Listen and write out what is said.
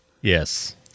Yes